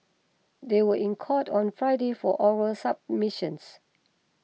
they were in court on Friday for oral submissions